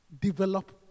develop